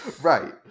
Right